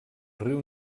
riu